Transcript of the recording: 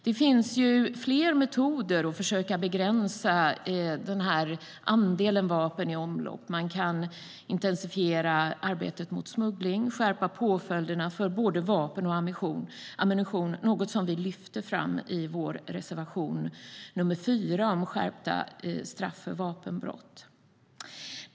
Det finns flera metoder att försöka begränsa andelen vapen i omlopp. Man kan intensifiera arbetet mot smuggling och skärpa påföljderna för vapenbrott och ammunitionsbrott. Det är något som vi lyfter fram i vår reservation nr 4 om skärpta straff för vapenbrott.